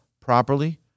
properly